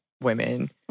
women